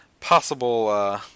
possible